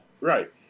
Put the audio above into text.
Right